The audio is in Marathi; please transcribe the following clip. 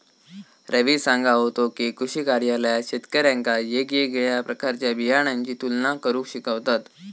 रवी सांगा होतो की, कृषी कार्यालयात शेतकऱ्यांका येगयेगळ्या प्रकारच्या बियाणांची तुलना करुक शिकवतत